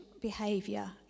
behavior